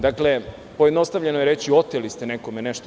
Dakle, pojednostavljeno je reći – oteli ste nekome nešto.